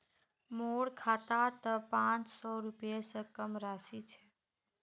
मोर खातात त पांच सौ रुपए स कम राशि छ